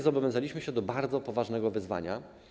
Zobowiązaliśmy się do bardzo poważnego wyzwania.